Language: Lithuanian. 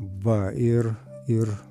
va ir ir